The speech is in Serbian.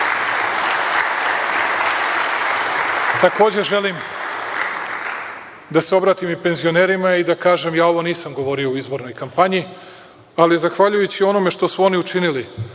želim da se obratim i penzionerima i da kažem, ja ovo nisam govorio u izbornoj kampanji, ali zahvaljujući onome što su oni učinili,